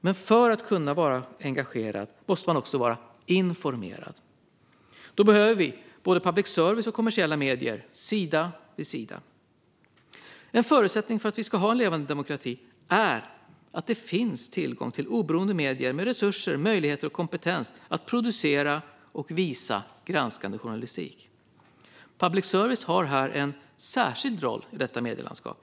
Men för att man ska kunna vara engagerad måste man också vara informerad. Då behöver vi både public service och kommersiella medier, sida vid sida. En förutsättning för att vi ska ha en levande demokrati är att det finns tillgång till oberoende medier med resurser, möjligheter och kompetens för att kunna producera och visa granskande journalistik. Public service har en särskild roll i detta medielandskap.